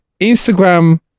Instagram